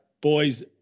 Boys